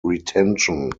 retention